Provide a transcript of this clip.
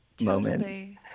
moment